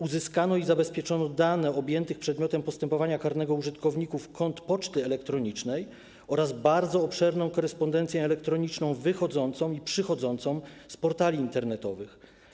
Uzyskano i zabezpieczono dane objętych przedmiotem postępowania karnego użytkowników kont poczty elektronicznej oraz bardzo obszerną korespondencję elektroniczną wychodzącą i przychodzącą z portali internetowych.